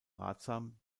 ratsam